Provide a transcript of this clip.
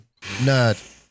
nerd